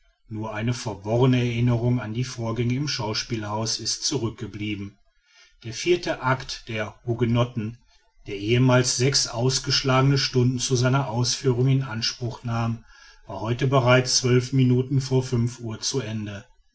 nur eine verworrene erinnerung an die vorgänge im schauspielhause ist zurückgeblieben der vierte act der hugenotten der ehemals sechs ausgeschlagene stunden zu seiner aufführung in anspruch nahm war heute bereits zwölf minuten vor fünf uhr zu ende